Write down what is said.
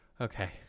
Okay